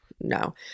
no